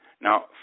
Now